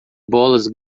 bolas